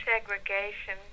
segregation